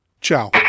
Ciao